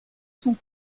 son